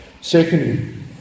Secondly